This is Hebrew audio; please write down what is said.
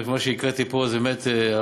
מה שהקראתי פה זה באמת הכנה,